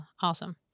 Awesome